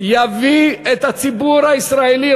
יביא את הציבור הישראלי,